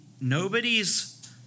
nobody's